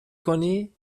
کنی